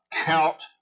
Count